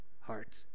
heart